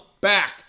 back